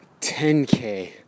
10K